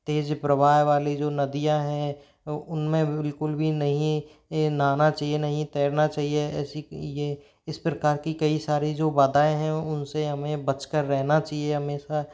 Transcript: तेज़ प्रवाह वाली जो नदियाँ हैं उनमें बिल्कुल भी नहीं नहाना चाहिए ना हीं तैरना चाहिए ऐसी इस प्रकार की कई सारी जो बाधाएँ हैं उनसे हमें बचकर रहना चाहिए हमेशा